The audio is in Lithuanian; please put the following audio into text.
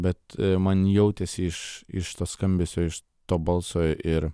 bet man jautėsi iš iš to skambesio iš to balso ir